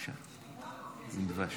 אדוני היושב-ראש.